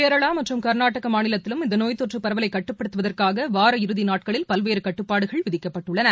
கேரளாமற்றும் கர்நாடகமாநிலத்திலும் இந்தநோய் தொற்றுபரவலைகட்டுப்படுத்தவதற்காகவார இறுதிநாட்களில் பல்வேறுகட்டுப்பாடுகள் விதிக்கப்பட்டுள்ளன